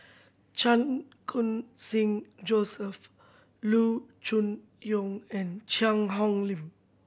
Chan Khun Sing Joseph Loo Choon Yong and Cheang Hong Lim